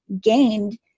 gained